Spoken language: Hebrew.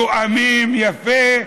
מתואמים יפה.